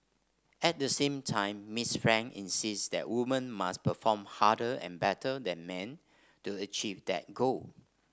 at the same time Miss Frank insists that woman must perform harder and better than man to achieve that goal